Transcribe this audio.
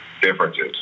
differences